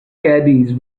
caddies